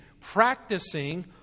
practicing